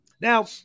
Now